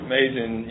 Amazing